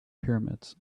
pyramids